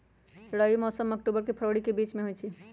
रबी मौसम अक्टूबर से फ़रवरी के बीच में होई छई